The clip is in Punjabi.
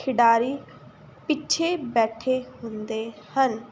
ਖਿਡਾਰੀ ਪਿੱਛੇ ਬੈਠੇ ਹੁੰਦੇ ਹਨ